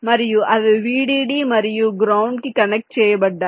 మరియు అవి VDD మరియు గ్రౌండ్ కి కనెక్ట్ చెయ్యబడ్డాయి